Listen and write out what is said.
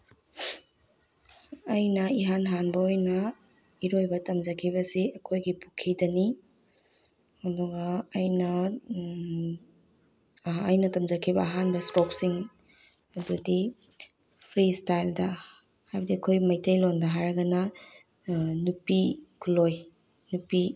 ꯑꯩꯅ ꯏꯍꯥꯟ ꯍꯥꯟꯕ ꯑꯣꯏꯅ ꯏꯔꯣꯏꯕ ꯇꯝꯖꯈꯤꯕꯁꯤ ꯑꯩꯈꯣꯏꯒꯤ ꯄꯨꯈꯤꯗꯅꯤ ꯑꯗꯨꯒ ꯑꯩꯅ ꯑꯩꯅ ꯇꯝꯖꯈꯤꯕ ꯑꯍꯥꯟꯕ ꯏꯁꯇ꯭ꯔꯣꯛꯁꯤꯡ ꯑꯗꯨꯗꯤ ꯐ꯭ꯔꯤ ꯏꯁꯇꯥꯏꯜꯗ ꯍꯥꯏꯕꯗꯤ ꯑꯩꯈꯣꯏ ꯃꯩꯇꯩ ꯂꯣꯜꯗ ꯍꯥꯏꯔꯒꯅ ꯅꯨꯄꯤ ꯈꯨꯂꯣꯏ ꯅꯨꯄꯤ